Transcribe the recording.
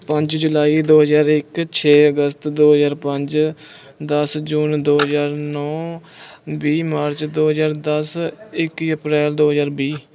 ਪੰਜ ਜੁਲਾਈ ਦੋ ਹਜ਼ਾਰ ਇੱਕ ਛੇ ਅਗਸਤ ਦੋ ਹਜ਼ਾਰ ਪੰਜ ਦਸ ਜੂਨ ਦੋ ਹਜ਼ਾਰ ਨੌ ਵੀਹ ਮਾਰਚ ਦੋ ਹਜ਼ਾਰ ਦਸ ਇੱਕੀ ਅਪ੍ਰੈਲ ਦੋ ਹਜ਼ਾਰ ਵੀਹ